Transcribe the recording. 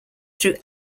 through